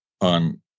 on